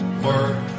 Work